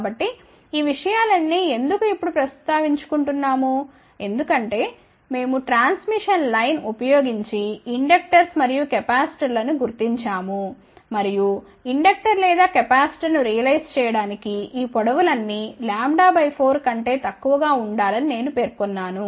కాబట్టి ఈ విషయాలన్నీ ఎందుకు ఇప్పుడు ప్రస్తావించుకుంటున్నాము ఎందుకంటే మేము ట్రాన్స్మిషన్ లైన్ ఉపయోగించి ఇండక్టర్స్ మరియు కెపాసిటర్ లను గుర్తించాము మరియు ఇండక్టర్ లేదా కెపాసిటర్ను రియలైజ్ చేయడానికి ఈ పొడవులన్నీ λ 4 కంటే తక్కువగా ఉండాలని నేను పేర్కొన్నాను